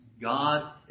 God